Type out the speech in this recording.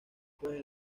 pues